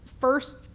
first